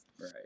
right